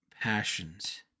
passions